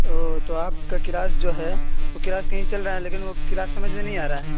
اوہ تو آپ کا کلاس جو ہے وہ کلاس کہیں چل رہا ہے لیکن وہ کلاس سمجھ میں نہیں آ رہا ہے